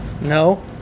No